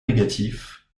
négatif